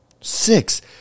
Six